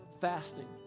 Fasting